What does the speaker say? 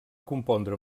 compondre